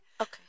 Okay